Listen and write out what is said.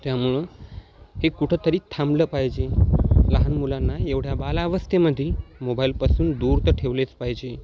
त्यामुळं हे कुठंंतरी थांबलं पाहिजे लहान मुलांना एवढ्या बालावस्थेमध्ये मोबाईलपासून दूर तर ठेवलेच पाहिजे